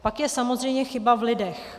Pak je samozřejmě chyba v lidech.